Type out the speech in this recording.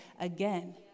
again